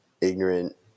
ignorant